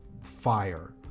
fire